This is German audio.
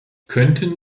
könnten